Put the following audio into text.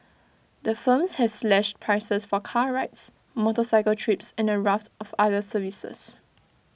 the firms have slashed prices for car rides motorcycle trips and A raft of other services